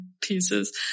pieces